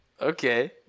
Okay